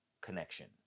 connection